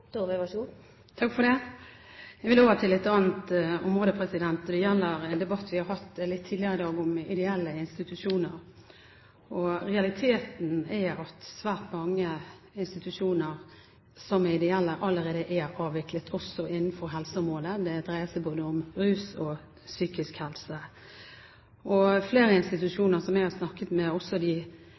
Jeg vil over til et annet område, og det gjelder en debatt vi har hatt litt tidligere i dag om ideelle institusjoner. Realiteten er at svært mange institusjoner som er ideelle, allerede er avviklet, også innenfor helseområdet. Det dreier seg både om rus og psykisk helse. Flere institusjoner som jeg har snakket med, også de siste ukene, sier at de aner ikke på det nåværende tidspunkt om de får avtale med de